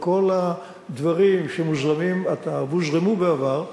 על כל הדברים שמוזרמים עתה והוזרמו בעבר,